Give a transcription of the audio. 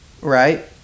right